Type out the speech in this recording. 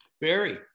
Barry